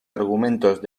argumentos